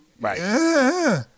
Right